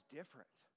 different